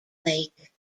lake